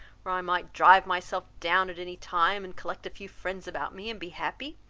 where i might drive myself down at any time, and collect a few friends about me, and be happy.